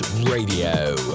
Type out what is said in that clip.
Radio